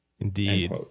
Indeed